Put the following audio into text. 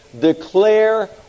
declare